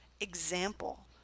example